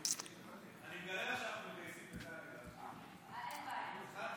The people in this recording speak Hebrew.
קבוצת סיעת יהדות התורה וקבוצת סיעת